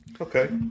Okay